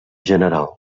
general